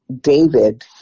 David